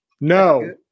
No